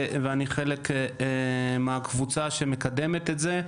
ואני חלק מהקבוצה שמקדמת את זה.